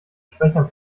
sprechern